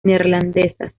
neerlandesas